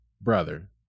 brother